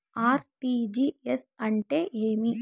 RTGS అంటే ఏమి?